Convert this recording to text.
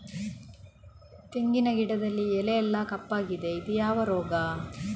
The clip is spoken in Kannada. ತೆಂಗಿನ ಗಿಡದಲ್ಲಿ ಎಲೆ ಎಲ್ಲಾ ಕಪ್ಪಾಗಿದೆ ಇದು ಯಾವ ರೋಗ?